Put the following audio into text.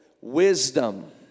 wisdom